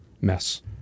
mess